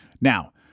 Now